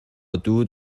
دود